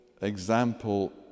example